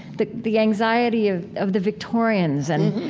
the the anxiety of of the victorians and,